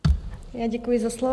Já děkuji za slovo.